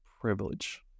privilege